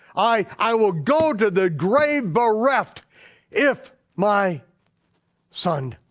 i i will go to the grave bereft if my son,